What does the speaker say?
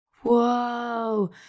Whoa